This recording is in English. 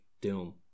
Doom